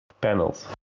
panels